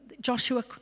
Joshua